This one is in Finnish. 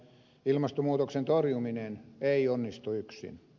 ilmastonmuutoksen torjuminen ei onnistu yksin